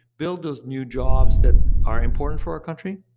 build those new jobs that are important for our country,